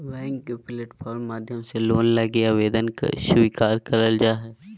bank के platform माध्यम से लोन लगी आवेदन स्वीकार करल जा हय